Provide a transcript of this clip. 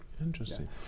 Interesting